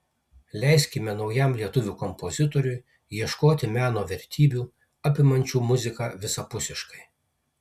leiskime naujam lietuvių kompozitoriui ieškoti meno vertybių apimančių muziką visapusiškai